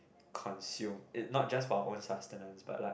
consume it not just about one sustenance but like